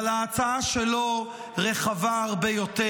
אבל ההצעה שלו רחבה הרבה יותר,